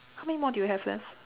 how many more do you have left